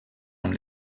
amb